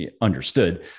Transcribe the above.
Understood